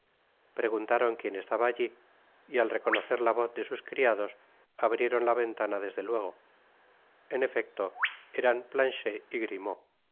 preguntaron quien estaba allí y al reconocer la voz de sus criados abrieron jai t eütana desde luego en efecto eran planchet y grimaud